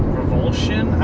revulsion